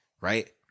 right